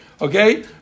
Okay